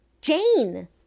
Jane